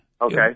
Okay